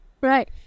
right